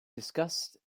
disgust